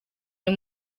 uyu